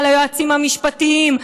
על היועצים המשפטיים.